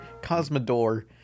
Cosmodor